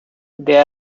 they